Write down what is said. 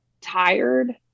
tired